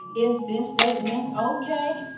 if this statement's ok,